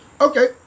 Okay